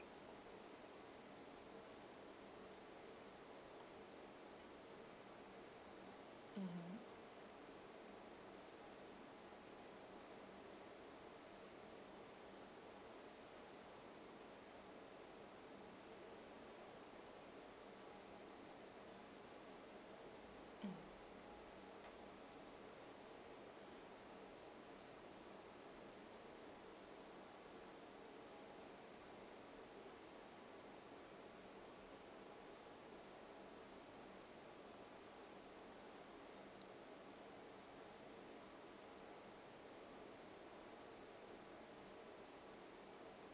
mmhmm mm